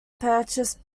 purchase